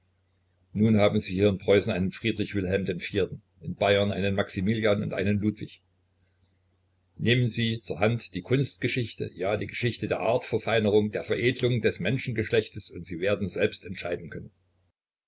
nun haben sie hier in preußen einen friedrich wilhelm den iv in bayern einen maximilian und einen ludwig nehmen sie zur hand die kunstgeschichte ja die geschichte der artverfeinerung der veredelung des menschengeschlechtes und sie werden selbst entscheiden können